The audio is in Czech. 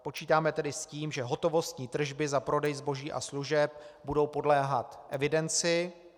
Počítáme tedy s tím, že hotovostní tržby za prodej zboží a služeb budou podléhat evidenci.